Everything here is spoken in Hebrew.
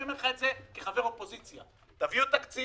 אני אומר לך את זה כחבר אופוזיציה: תביאו תקציב,